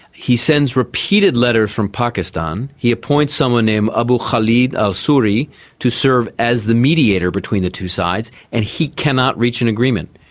he sends repeated letters from pakistan. he appoints someone named abu khaled al-suri to serve as the mediator between the two sides, and he cannot reach an agreement.